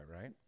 right